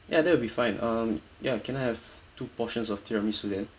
ya that'll be fine um ya can I have two portions of tiramisu then